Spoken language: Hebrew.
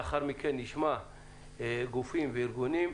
לאחר מכן נשמע גופים וארגונים.